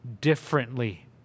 Differently